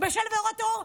בשל מאורע טרור,